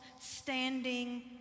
standing